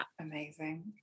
Amazing